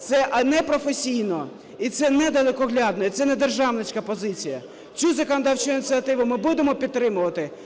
Це непрофесійно і це недалекоглядно, і це не державницька позиція. Цю законодавчу ініціативу ми будемо підтримувати.